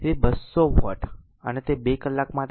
તેથી 200 વોટ અને તે 2 કલાક માટે છે